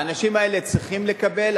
האנשים האלה צריכים לקבל.